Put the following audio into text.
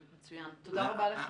מצוין, תודה רבה לך.